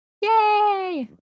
Yay